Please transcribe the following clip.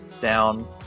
down